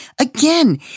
Again